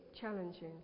challenging